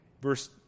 verse